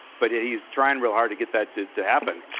but he's trying real hard to get that to to happen.